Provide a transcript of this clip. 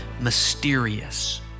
mysterious